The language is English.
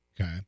okay